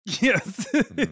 Yes